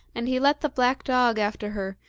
and he let the black dog after her,